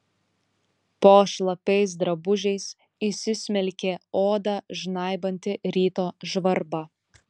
po šlapiais drabužiais įsismelkė odą žnaibanti ryto žvarba